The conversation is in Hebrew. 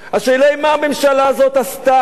השאלה היא, מה הממשלה הזאת עשתה?